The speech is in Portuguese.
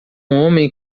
homem